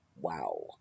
Wow